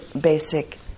basic